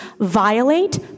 violate